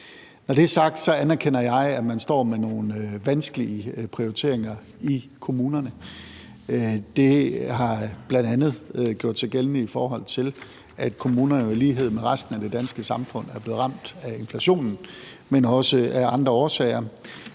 Når det er sagt, anerkender jeg, at man står med nogle vanskelige prioriteringer i kommunerne. Det har bl.a. gjort sig gældende, i forhold til at kommunerne jo i lighed med resten af det danske samfund er blevet ramt af inflationen, men der er også andre årsager,